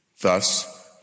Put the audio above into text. Thus